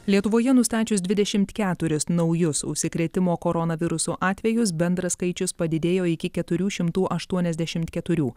lietuvoje nustačius dvidešimt keturis naujus užsikrėtimo koronavirusu atvejus bendras skaičius padidėjo iki keturių šimtų aštuoniasdešimt keturių